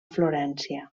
florència